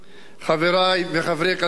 חברי וחברי קדימה,